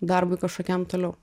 darbui kažkokiam toliau